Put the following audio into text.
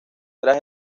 tras